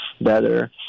better